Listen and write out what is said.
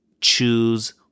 choose